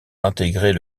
d’intégrer